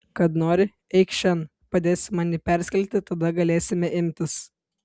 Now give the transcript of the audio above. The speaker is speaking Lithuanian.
kad nori eikš šen padėsi man jį perskelti tada galėsime imtis